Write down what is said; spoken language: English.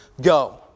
Go